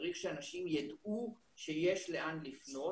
שצריך שאנשים ידעו שיש לאן לפנות.